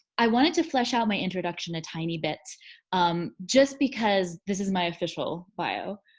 i wanted to flesh out my introduction a tiny bit um just because this is my official bio.